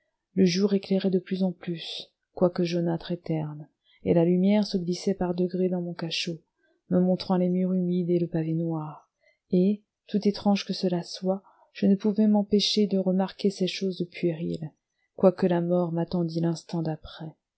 le jour éclairait de plus en plus quoique jaunâtre et terne et la lumière se glissait par degrés dans mon cachot me montrant les murs humides et le pavé noir et tout étrange que cela soit je ne pouvais m'empêcher de remarquer ces choses puériles quoique la mort m'attendît l'instant d'après